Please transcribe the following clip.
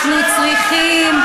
אנחנו צריכים,